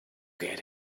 get